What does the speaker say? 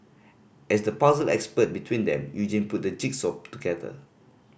as the puzzle expert between them Eugene put the jigsaw together